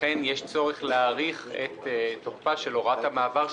לכן יש צורך להאריך את תוקפה של הוראת המעבר,